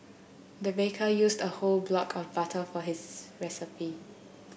the baker used a whole block of butter for his recipe